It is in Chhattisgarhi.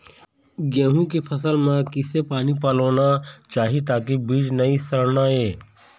गेहूं के फसल म किसे पानी पलोना चाही ताकि बीज नई सड़ना ये?